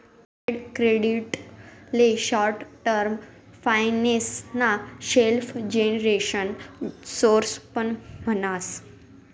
trade credit ले short term finance ना self generation source पण म्हणावस